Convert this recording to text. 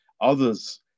others